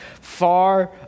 far